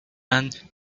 and